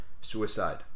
suicide